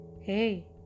Hey